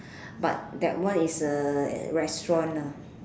but that one is a restaurant